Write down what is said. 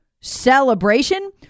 celebration